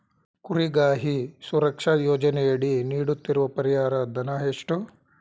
ಕುರಿಗಾಹಿ ಸುರಕ್ಷಾ ಯೋಜನೆಯಡಿ ನೀಡುತ್ತಿರುವ ಪರಿಹಾರ ಧನ ಎಷ್ಟು?